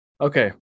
Okay